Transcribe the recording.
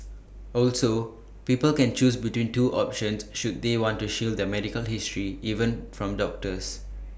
also people can choose between two options should they want to shield their medical history even from doctors